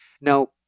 Now